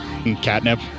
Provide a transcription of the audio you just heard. catnip